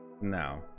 no